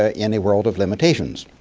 ah in a world of limitations.